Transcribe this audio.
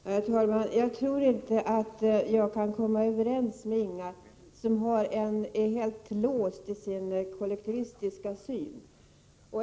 Herr talman! Jag tror inte att jag kan komma överens med Inga Lantz, som är helt låst i sin kollektivistiska syn.